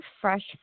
fresh